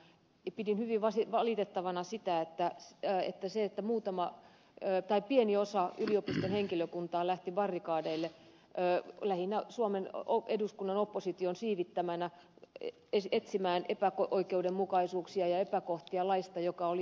pidin hyvin valitettavana sitä että pieni osa yliopistojen henkilökuntaa lähti barrikadeille lähinnä suomen eduskunnan opposition siivittämänä etsimään epäoikeudenmukaisuuksia ja epäkohtia laista joka oli erinomainen